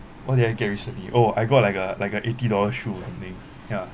what did I get recently oh I got like a like a eighty dollar shoe or something ya